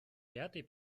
пятой